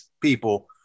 people